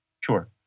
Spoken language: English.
Sure